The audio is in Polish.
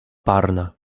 parna